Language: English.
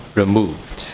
removed